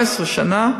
17 שנה,